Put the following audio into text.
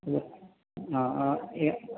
ആ ആ ഏ